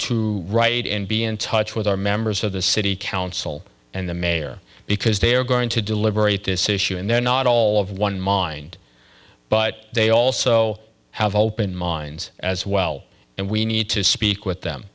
to right and be in touch with our members of the city council and the mayor because they are going to deliberate this issue and they're not all of one mind but they also have open minds as well and we need to speak with them